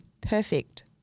perfect